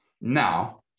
now